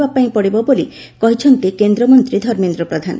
କରିବା ପାଇଁ ପଡ଼ିବ ବୋଲି କହିଛନ୍ତି କେନ୍ଦ୍ରମନ୍ତୀ ଧର୍ମେନ୍ଦ୍ର ପ୍ରଧାନ